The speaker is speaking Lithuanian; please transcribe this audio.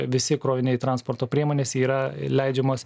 visi kroviniai transporto priemonės yra leidžiamos